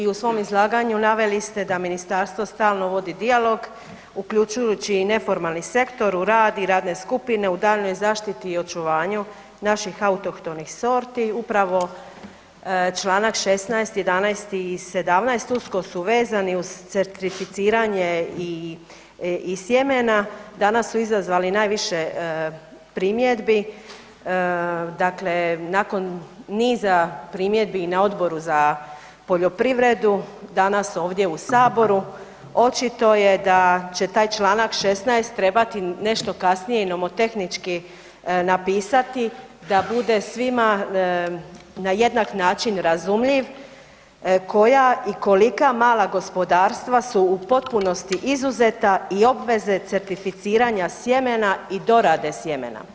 U svom izlaganju naveli ste da ministarstvo stalno vodi dijalog uključujući i neformalni sektor u rad u radne skupine u daljnjoj zaštiti i očuvanju naših autohtonih sorti upravo čl. 16., 11. i 17. usko su vezani uz certificiranje sjemena danas su izazvali najviše primjedbi, dakle nakon niza primjedbi i na Odboru za poljoprivredu, danas ovdje u Saboru očito je da će taj čl. 16. trebati nešto kasnije nomotehnički napisati da bude svima na jednak način razumljiv koja i kolika mala gospodarstva su u potpunosti izuzeta i obveze certificiranja sjemena i dorade sjemena.